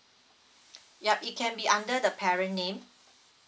yup it can be under the parent name